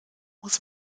muss